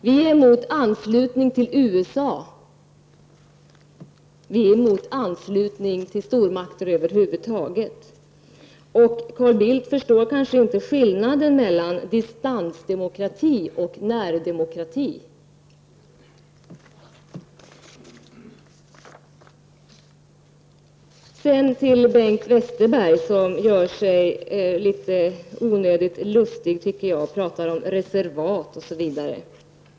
Vi är emot anslutning till USA, för vi är emot anslutning till stormakter över huvud taget. Carl Bildt förstår kanske inte skillnaden mellan distansdemokrati och närdemokrati. Bengt Westerberg gör sig litet onödigt lustig, tycker jag, när han pratar om reservat osv.